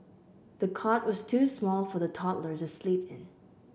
the cot was too small for the toddler to sleep in